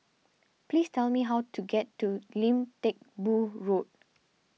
please tell me how to get to Lim Teck Boo Road